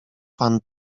pan